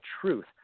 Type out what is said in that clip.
truth